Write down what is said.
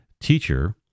teacher